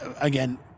again